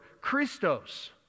Christos